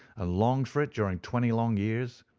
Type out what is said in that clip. ah longed for it during twenty long years,